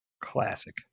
Classic